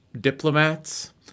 diplomats